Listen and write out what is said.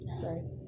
sorry